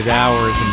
hours